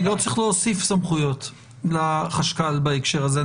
אני לא צריך להוסיף סמכויות לחשב הכללי בהקשר הזה.